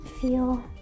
feel